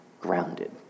grounded